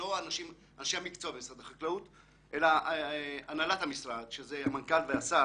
אנשי המקצוע במשרד החקלאות אלא הנהלת המשרד שזה המנכ"ל והשר